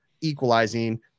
equalizing